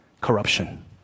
corruption